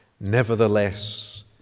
nevertheless